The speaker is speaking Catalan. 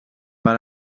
per